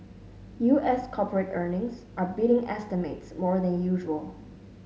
U S corporate earnings are beating estimates more than usual